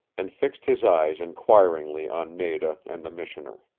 and fixed his eyes inquiringly on nada and the missioner.